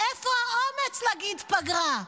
מאיפה האומץ להגיד "פגרה"?